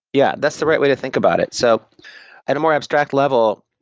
yeah. that's the right way to think about it. so at a more abstract level,